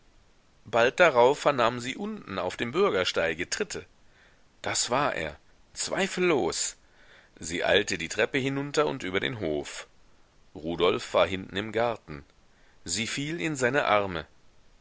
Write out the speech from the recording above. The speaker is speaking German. bald darauf vernahm sie unten auf dem bürgersteige tritte das war er zweifellos sie eilte die treppe hinunter und über den hof rudolf war hinten im garten sie fiel in seine arme